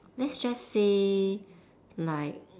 let's just say like